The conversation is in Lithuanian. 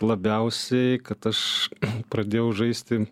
labiausiai kad aš pradėjau žaisti